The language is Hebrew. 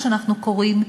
מה שאנחנו קוראים,